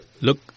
Look